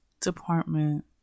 department